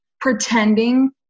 pretending